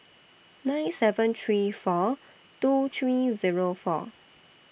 nine seven three four two three Zero four